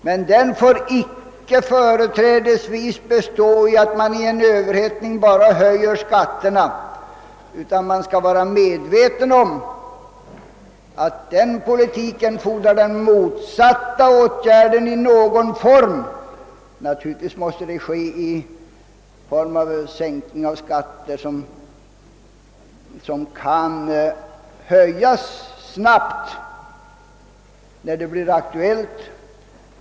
Men den får inte främst bestå i att man höjer skatterna i en överhettad konjunktur, utan man skall vara medveten om att den också fordrar motsatta åtgärder i någon form. Naturligtvis måste de åtgärderna även utgöras av en sänkning av skatter som snabbt kan höjas igen, när detta blir aktuellt.